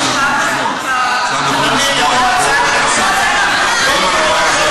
לשמוע את כל הצדדים, אם הדבר הזה,